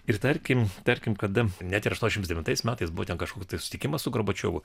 ir tarkim tarkim kada net ir aštuoniasdešimt devintais metais būtent kažkoks susitikimas su gorbačiovu